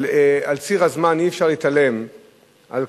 אבל על ציר הזמן אי-אפשר להתעלם מכך